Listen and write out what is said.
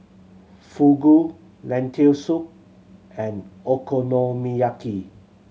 Fugu Lentil Soup and Okonomiyaki